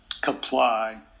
comply